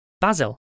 Basil